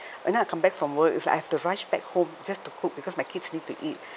and then I come from work it's like I've to rush back home just to cook because my kids need to eat